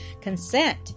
consent